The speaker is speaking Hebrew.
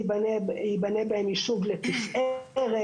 ייבנה בהן יישוב לתפארת,